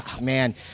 man